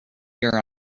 your